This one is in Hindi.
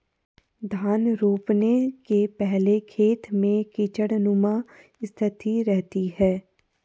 धान रोपने के पहले खेत में कीचड़नुमा स्थिति रहती है